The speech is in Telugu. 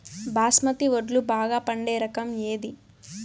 బాస్మతి వడ్లు బాగా పండే రకం ఏది